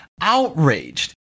outraged